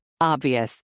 Obvious